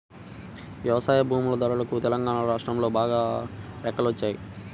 వ్యవసాయ భూముల ధరలకు తెలంగాణా రాష్ట్రంలో బాగా రెక్కలొచ్చాయి